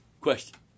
question